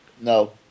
No